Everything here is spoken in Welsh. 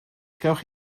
gewch